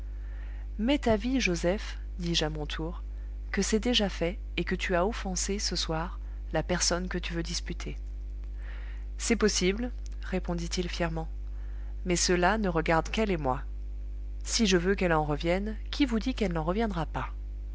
m'est avis joseph dis-je à mon tour que c'est déjà fait et que tu as offensé ce soir la personne que tu veux disputer c'est possible répondit-il fièrement mais cela ne regarde qu'elle et moi si je veux qu'elle en revienne qui vous dit qu'elle n'en reviendra pas